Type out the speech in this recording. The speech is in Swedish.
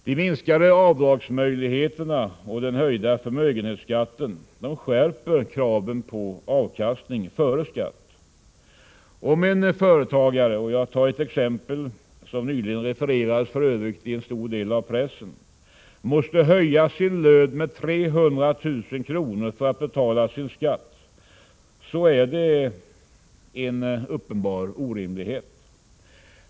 De minskade avdragsmöjligheterna och den höjda förmögenhetsskatten skärper kraven på avkastning före skatt. Om en företrädare — jag tar som exempel ett fall som nyligen refererades i en stor del av pressen — måste höja sin lön med 300 000 kr. för att betala sin skatt, är det en uppenbar orimlighet.